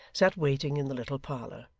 sat waiting in the little parlour.